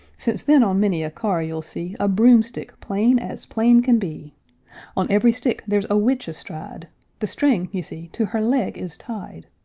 since then on many a car you'll see a broomstick plain as plain can be on every stick there's a witch astride the string you see to her leg is tied.